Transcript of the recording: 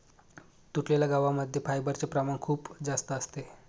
तुटलेल्या गव्हा मध्ये फायबरचे प्रमाण खूप जास्त असते